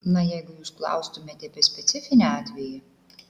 na jeigu jūs klaustumėte apie specifinį atvejį